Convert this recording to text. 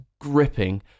gripping